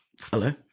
Hello